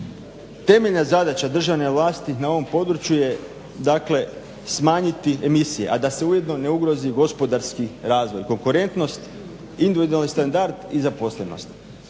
Temeljna zadaća državne vlasti na ovom području je dakle smanjiti emisije, a da se ujedno ne ugrozi gospodarski razvoj, konkurentnost, individualni standard i zaposlenost.